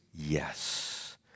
Yes